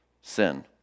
sin